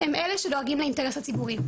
הם אלה שדואגים לאינטרס הציבורי,